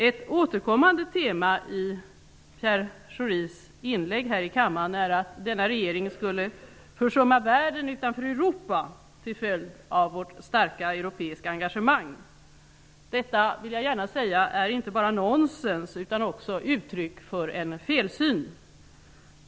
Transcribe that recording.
Ett återkommande tema i Pierre Schoris inlägg i kammaren är att denna regering skulle försumma världen utanför Europa till följd av vårt starka europeiska engagemang. Detta är inte bara nonsens utan också uttryck för en felsyn.